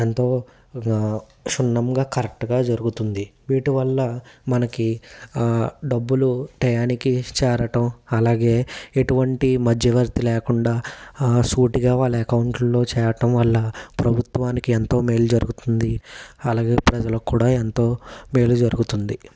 ఎంతో క్షున్నంగా కరెక్ట్గా జరుగుతుంది వీటివల్ల మనకి డబ్బులు టైముకి చేరటం అలాగే ఎటువంటి మధ్యవర్తి లేకుండా సూటిగా వాళ్ళ అకౌంట్లల్లో చేరటం వల్ల ప్రభుత్వానికి ఎంతో మేలు జరుగుతుంది అలాగే ప్రజలకు కూడా ఎంతో మేలు జరుగుతుంది